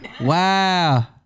Wow